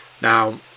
Now